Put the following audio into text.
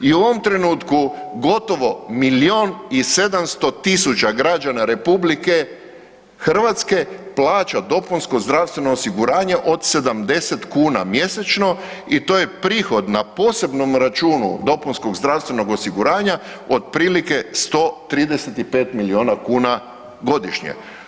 I u ovom trenutku gotovo milijun i 700 000 građana RH plaća dopunsko zdravstveno osiguranje od 70 kn mjesečno i to je prihod na posebnom računu dopunskog zdravstvenog osiguranja otprilike 125 milijuna kuna godišnje.